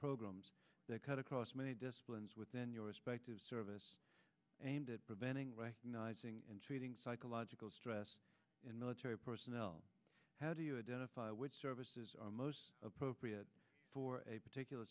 programs that cut across many disciplines within your respective service aimed at preventing recognizing and treating psychological stress in military personnel how do you identify which services are most appropriate for a particular